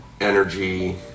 energy